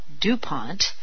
DuPont